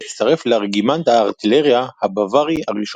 והצטרף לרגימנט הארטילריה הבווארי ה-1.